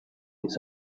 its